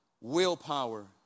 willpower